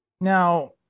Now